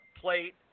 plate